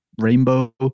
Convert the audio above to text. rainbow